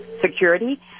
security